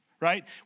right